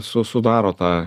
su sudaro tą